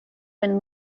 been